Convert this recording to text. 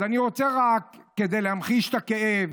אז אני רוצה, רק כדי להמחיש את הכאב,